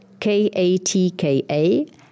katka